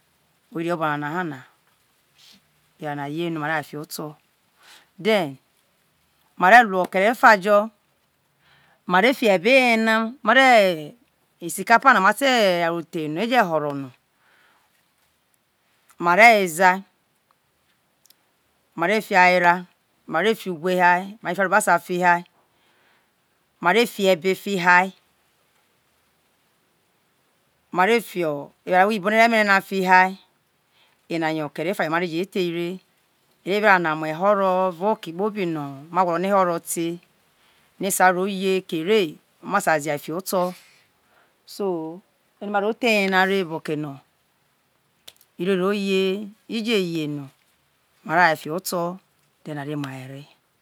we ri obo nana ho na eware na iye no we ve woi fiho oto then mare lu okere efa jo ma re mare fie ebe he na isi kapa na mate re ye ro the no ye hori no mare wozea mare fia ho era mare fi ugwe hiai mare fi arobasa hai mare fiebe fi hai mare fi eware iyibo ne re mere na fiha kere efa jo no mare je there re ejo era na muo ehoro evao oke kpobi no ma gwolo no ehoro te he sa ro ye kere ma sai zia fiho oto ere maro te eye na ire ro ye ije yenor ma re woai fiho oto are mua ere